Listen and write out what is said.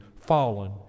fallen